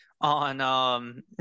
on